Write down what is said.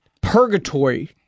purgatory